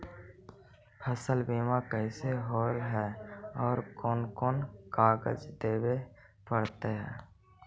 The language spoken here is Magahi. फसल बिमा कैसे होब है और कोन कोन कागज देबे पड़तै है?